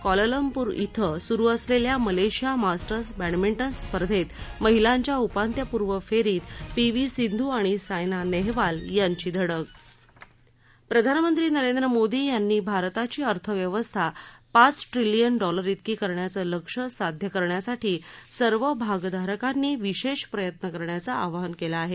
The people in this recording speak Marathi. क्वालालंपूर इथं सुरू असलेल्या मलेशिया मास्टर्स बॅंडमिंटन स्पर्धेत महिलांच्या उपांत्यपूर्व फेरीत पी व्ही सिंधु आणि सायना नेहवाल यांची धडक प्रधानमंत्री नरेंद्र मोदी यांनी भारताची अर्थव्यवस्था पाच ट्रिलियन डॉलरइतकी करण्याचं लक्ष्य साध्य करण्यासाठी सर्व भागधारकांनी विशेष प्रयत्न करण्याचं आवाहन केलं आहे